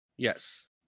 Yes